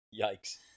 Yikes